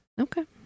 Okay